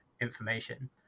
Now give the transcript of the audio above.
information